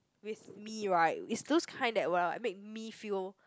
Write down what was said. with me right is those kind that will like make me feel